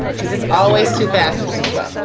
because it's always too fast or slow.